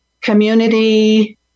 Community